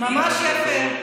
ממש יפה.